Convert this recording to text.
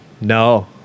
No